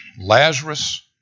Lazarus